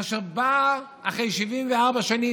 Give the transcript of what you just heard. כאשר באה, אחרי 74 שנים,